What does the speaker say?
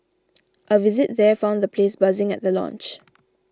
a visit there found the place buzzing at the launch